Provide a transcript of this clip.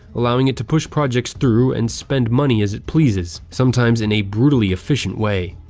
allowing it to push projects through and spend money as it pleases, sometimes in a brutally efficient way.